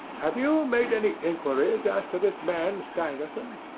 have you made any inquiries as to this man, stangerson?